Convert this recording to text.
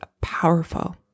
powerful